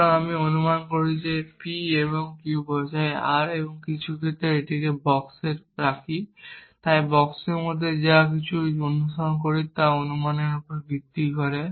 সুতরাং আমি অনুমান করি p এবং q বোঝায় r এবং কিছু অর্থে এটিকে একটি বাক্সে রাখি তাই বাক্সের মধ্যে যা যা অনুসরণ করে তা এই অনুমানের উপর ভিত্তি করে